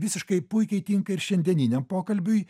visiškai puikiai tinka ir šiandieniniam pokalbiui